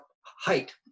height